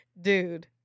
Dude